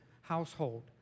household